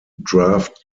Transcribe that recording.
draft